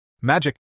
Magic